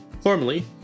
Formally